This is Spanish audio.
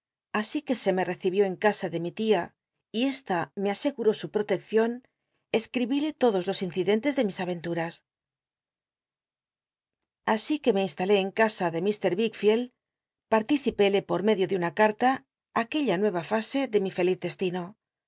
asi que se me recibió en casa de mi tia y esta me aseguró su ptoleccion escribíle todos lo s incidentes de mis aventuras así que me instalé en casa de lir wickfield pmlicipéle por medio de nna cat ta aquella nueya fase de mi feliz destino